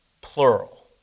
plural